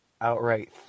outright